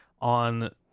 on